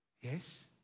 Yes